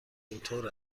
اینطور